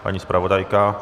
Paní zpravodajka?